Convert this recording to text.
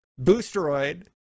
Boosteroid